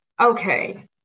okay